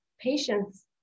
patience